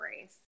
race